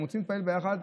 הם רוצים להתפלל ביחד,